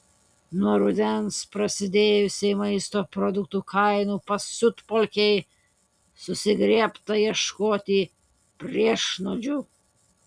nuo rudens prasidėjusiai maisto produktų kainų pasiutpolkei susigriebta ieškoti priešnuodžių